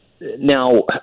now